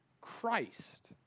Christ